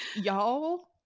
y'all